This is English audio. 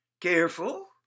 careful